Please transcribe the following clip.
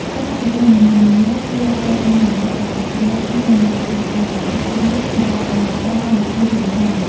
កុំព្យូទ័រនីមួយៗគួរត្រូវបានបំពាក់ដោយ RAM និង Processor គ្រប់គ្រាន់សម្រាប់ដំណើរការកម្មវិធីធំៗ។